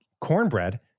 cornbread